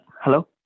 Hello